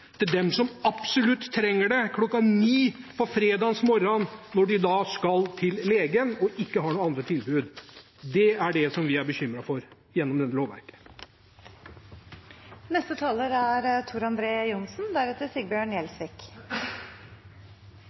til dem som absolutt trenger det kl. 9 fredag morgen, når de skal til legen og ikke har noen andre tilbud. Det er det vi er bekymret for ved denne lovendringen. Jeg må si at denne svartmalingen fra opposisjonen er